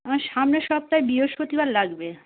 আমার সামনের সপ্তাহে বৃহস্পতিবার লাগবে